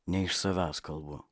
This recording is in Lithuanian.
ne iš savęs kalbu